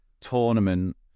tournament